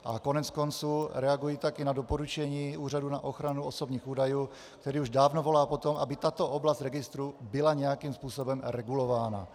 A koneckonců reaguji tak i na doporučení Úřadu na ochranu osobních údajů, který už dávno volá po tom, aby tato oblast registru byla nějakým způsobem regulována.